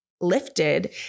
lifted